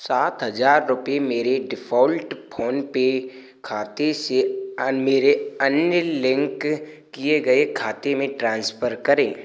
सात हज़ार रुपये मेरे डिफ़ॉल्ट फोनपे खाते से अन मेरे अन्य लिंक किए गए खाते में ट्रांसफ़र करें